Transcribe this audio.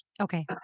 Okay